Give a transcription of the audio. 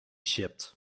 shipped